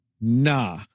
nah